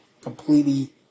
completely